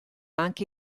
anche